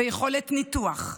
ביכולת ניתוח,